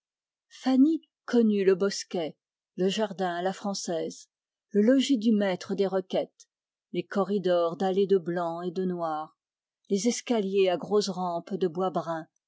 fanny connut le bosquet le jardin à la française le logis du maître des requêtes les corridors dallés en blanc et noir les escaliers à rampe